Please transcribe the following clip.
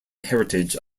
heritage